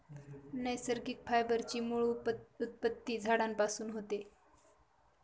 नैसर्गिक फायबर ची मूळ उत्पत्ती झाडांपासून होते